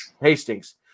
Hastings